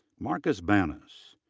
markus banas,